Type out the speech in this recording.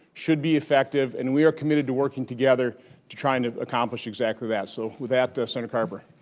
should be effective, and we are committed to working together to try and accomplish exactly that. so with that, senator carper.